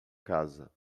casa